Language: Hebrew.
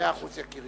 מאה אחוז, יקירי.